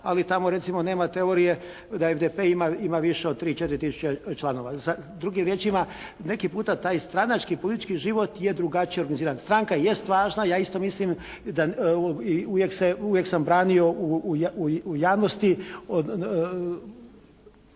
da …/Govornik se ne razumije./… ima više od 3, 4 tisuće članova. Drugim riječima, neki puta taj stranački i politički život je drugačije organiziran. Stranka jest važna i ja isto mislim da i uvijek sam branio u javnosti